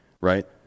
right